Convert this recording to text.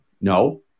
No